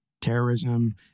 terrorism